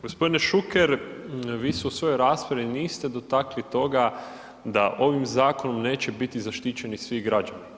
Gospodine Šuker vi se u svojoj raspravi niste dotakli toga da ovim zakonom neće biti zaštićeni svi građani.